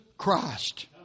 Christ